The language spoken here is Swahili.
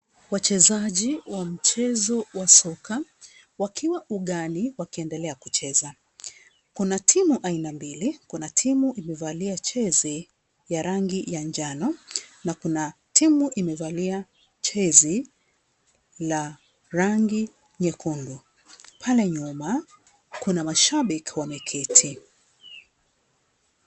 Wachezaji wa mchezo wa soka. Wakiwa ugani wakiendelea kucheza. Kuna timu aina mbili, kuna timu imevalia jezi ya rangi ya njano na kuna timu imevalia jezi la rangi nyekundu. Pale nyuma kuna mashabiki wameketi.